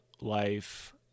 life